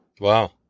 Wow